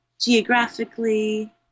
Geographically